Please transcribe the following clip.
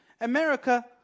America